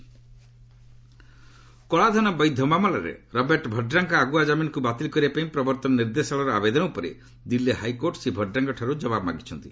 HC Vadra କଳାଧନ ବୈଧ ମାମଲାରେ ରବର୍ଟ୍ ଭଡ୍ରାଙ୍କ ଆଗୁଆ ଜାମିନ୍କୁ ବାତିଲ କରିବା ପାଇଁ ପ୍ରବର୍ତ୍ତନ ନିର୍ଦ୍ଦେଶାଳୟର ଆବେଦନ ଉପରେ ଦିଲ୍ଲୀ ହାଇକୋର୍ଟ ଶ୍ରୀ ଭଡ୍ରାଙ୍କଠାରୁ ଜବାବ ମାଗିଛନ୍ତି